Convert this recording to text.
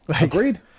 agreed